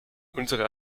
unsere